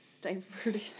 diverted